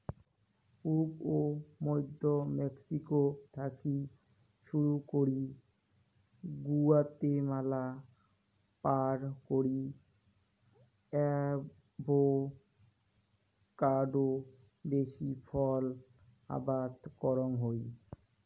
পুব ও মইধ্য মেক্সিকো থাকি শুরু করি গুয়াতেমালা পার করি অ্যাভোকাডো দেশী ফল আবাদ করাং হই